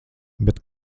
bet